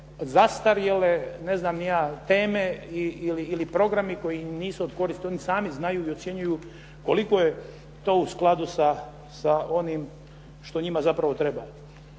zastarjele, ne znam ni ja teme ili programi koji nisu od koristi, oni sami znaju i ocjenjuju koliko je to u skladu sa onim što njima zapravo treba.